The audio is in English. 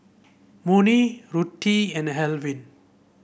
Monnie Ruthie and Alvin